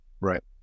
Right